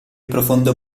profondo